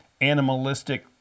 animalistic